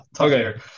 okay